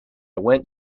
went